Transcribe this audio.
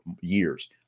years